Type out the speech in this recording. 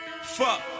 Fuck